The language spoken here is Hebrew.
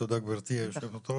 תודה, גברתי היושבת-ראש.